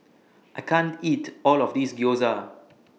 I can't eat All of This Gyoza